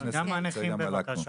וגם הנכים בבקשה.